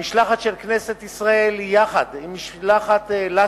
המשלחת של כנסת ישראל, יחד עם משלחת לטבית,